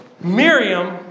Miriam